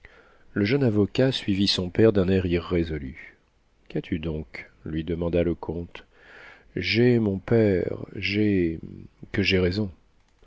le jeune avocat suivit son père d'un air irrésolu qu'as-tu donc lui demanda le comte j'ai mon père j'ai que j'ai raison